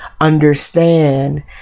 understand